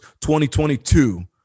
2022